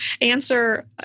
answer